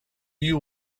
you